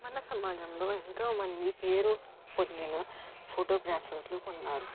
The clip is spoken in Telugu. మన సమాజంలో ఎంతో మంది పేరు పొందిన ఫొటోగ్రాఫర్లు ఉన్నారు